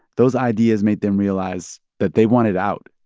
those ideas made them realize that they wanted out.